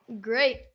Great